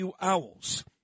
Owls